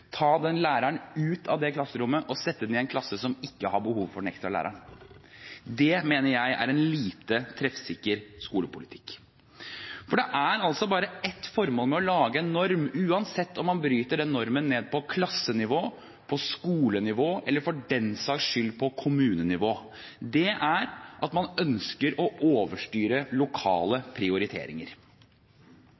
ta den læreren ut av det klasserommet og sette ham i en klasse som ikke har behov for den ekstra læreren. Det mener jeg er en lite treffsikker skolepolitikk. Det er bare ett formål med å lage en norm, uansett om man bryter den normen ned på klassenivå, på skolenivå eller for den saks skyld på kommunenivå. Det er at man ønsker å overstyre lokale prioriteringer.